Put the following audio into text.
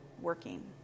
working